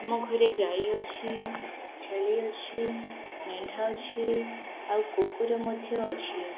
ଆମ ଘରେ ଗାଈ ଅଛି ଛେଳି ଅଛି ମେଣ୍ଢା ଅଛି ଆଉ କୁକୁର ମଧ୍ୟ ଅଛି